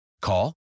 Call